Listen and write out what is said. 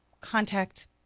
contact